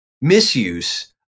misuse